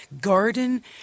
garden